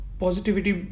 positivity